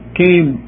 came